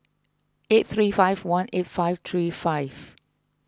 eight three five one eight five three five